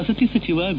ವಸತಿ ಸಚಿವ ವಿ